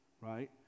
right